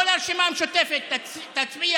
כל הרשימה המשותפת תצביע